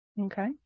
Okay